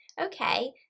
okay